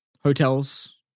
Hotels